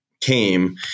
came